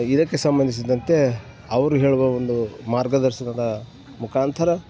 ಇದಕ್ಕೆ ಸಂಬಂಧಿಸಿದಂತೆ ಅವರು ಹೇಳುವ ಒಂದು ಮಾರ್ಗದರ್ಶನದ ಮುಖಾಂತರ